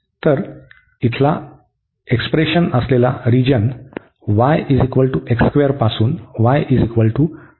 तर इथला एक्सप्रेशन असलेला रिजन y पासून y 2 x असेल